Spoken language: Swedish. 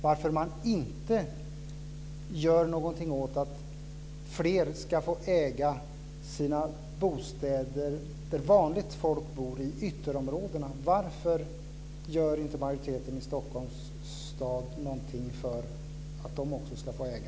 Varför gör man inget för att fler ska få äga sina bostäder i ytterområdena, där vanligt folk bor? Varför gör majoriteten i Stockholms stad inte någonting för att de också ska få äga?